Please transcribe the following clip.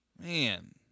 man